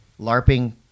LARPing